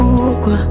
pourquoi